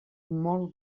molt